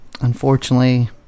Unfortunately